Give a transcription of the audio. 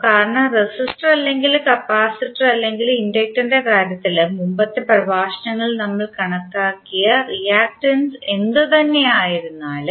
കാരണം റെസിസ്റ്റർ അല്ലെങ്കിൽ കപ്പാസിറ്റർ അല്ലെങ്കിൽ ഇൻഡക്റ്ററിന്റെ കാര്യത്തിൽ മുമ്പത്തെ പ്രഭാഷണങ്ങളിൽ നമ്മൾ കണക്കാക്കിയ റിയാക്ടൻസ് എന്തു തന്നെയായാലും